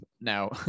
now